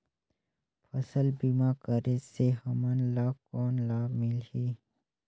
फसल बीमा करे से हमन ला कौन लाभ मिलही?